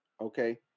okay